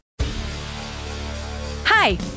Hi